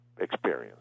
experience